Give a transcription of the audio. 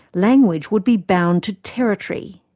language would be bound to territory.